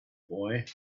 boy